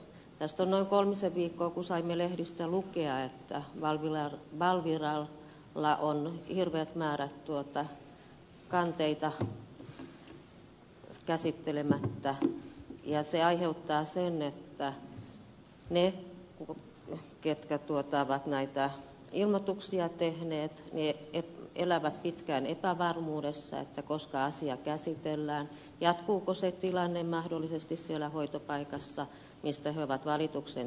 tästä on noin kolmisen viikkoa kun saimme lehdistä lukea että valviralla on hirveät määrät kanteita käsittelemättä ja se aiheuttaa sen että he jotka ovat näitä ilmoituksia tehneet elävät pitkään epävarmuudessa siitä koska asia käsitellään jatkuuko se tilanne mahdollisesti siellä hoitopaikassa mistä he ovat valituksen tehneet